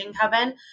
Kevin